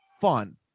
fun